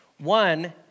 One